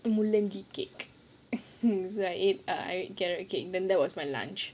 முள்ளங்கி:mullangi cake so I ate err I ate carrot cake then that was my lunch